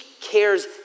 cares